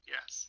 Yes